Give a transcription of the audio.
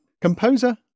composer